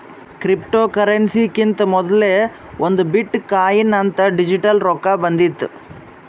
ಕ್ರಿಪ್ಟೋಕರೆನ್ಸಿಕಿಂತಾ ಮೊದಲೇ ಒಂದ್ ಬಿಟ್ ಕೊಯಿನ್ ಅಂತ್ ಡಿಜಿಟಲ್ ರೊಕ್ಕಾ ಬಂದಿತ್ತು